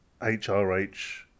HRH